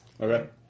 Okay